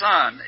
Son